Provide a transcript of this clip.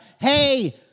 Hey